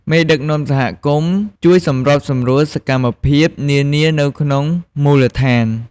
មេដឹកនាំសហគមន៍ជួយសម្របសម្រួលសកម្មភាព នានានៅក្នុងមូលដ្ឋាន។